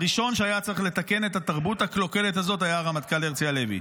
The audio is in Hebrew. הראשון שהיה צריך לתקן את התרבות הקלוקלת הזאת היה הרמטכ"ל הרצי הלוי.